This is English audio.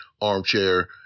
Armchair